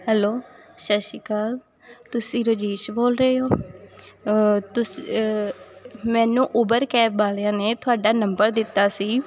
hello ਸਤਿ ਸ਼੍ਰੀ ਅਕਾਲਤੁਸੀਂ ਰਜੀਸ਼ ਬੋਲ ਰਹੇ ਹੋ ਤੁਸ ਮੈਨੂੰ ਉਬਰ ਕੈਬ ਵਾਲਿਆਂ ਨੇ ਤੁਹਾਡਾ ਨੰਬਰ ਦਿੱਤਾ ਸੀ